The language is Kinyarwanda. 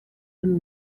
hano